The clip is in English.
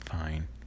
fine